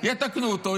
יתקנו אותו,